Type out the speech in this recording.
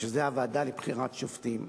שזאת הוועדה לבחירת שופטים,